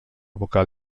vocal